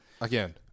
again